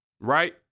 right